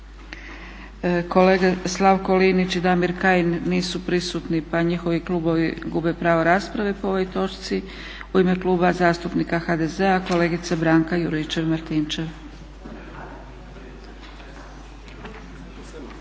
Kolega Slavko Linić i Damir Kajin nisu prisutni pa njihovi klubovi gube pravo rasprave po ovoj točci. U ime Kluba zastupnika HDZ-a kolegica Branka Juričev-Martinčev.